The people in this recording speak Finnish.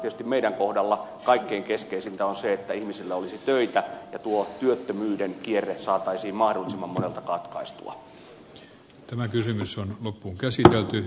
tietysti meidän kohdallamme kaikkein keskeisintä on se että ihmisillä olisi töitä ja työttömyyden kierre saataisiin mahdollisimman monelta katkaistua